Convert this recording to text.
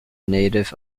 native